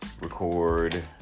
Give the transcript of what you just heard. record